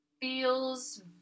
feels